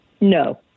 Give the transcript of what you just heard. No